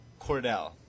Cordell